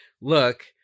look